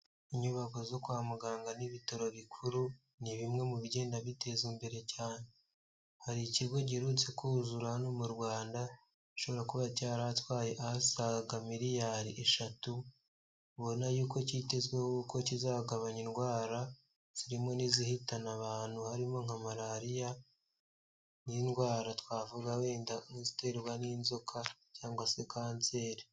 Inyubako zo kwa muganga n'ibitaro bikuru ni bimwe mu bigenda bitezwa imbere cyane, hari ikigo giherutse kuzura hano mu Rwanda, gishobora kuba cyaratwaye asaga miliyari eshatu, ubona yuko kitezweho ko kizagabanya indwara zirimo n'izihitana abantu harimo nka malariya n'indwara twavuga wenda nk'iziterwa n'inzoka cyangwa se kanseri.